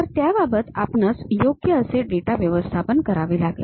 तर त्याबाबत आपणास योग्य असे डेटा व्यवस्थापन करावे लागेल